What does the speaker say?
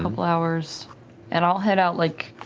couple hours. and i'll head out like